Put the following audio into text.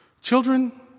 Children